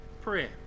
Prayer